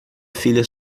filha